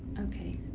okay.